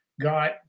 got